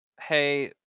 hey